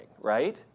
right